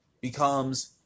becomes